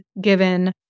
given